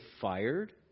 fired